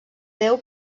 déu